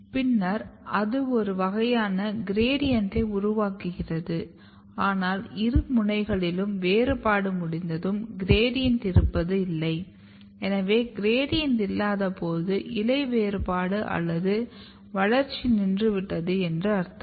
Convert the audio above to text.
பின்னர் அது ஒரு வகையான கிரேட்டியன்ட்டை உருவாக்குகிறது ஆனால் இரு முனைகளிலும் வேறுபாடு முடிந்ததும் கிரேட்டியன்ட் இருப்பது இல்லை எனவே கிரேட்டியன்ட் இல்லாதபோது இலை வேறுபாடு அல்லது வளர்ச்சி நின்றுவிட்டது என்று அர்த்தம்